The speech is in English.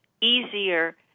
easier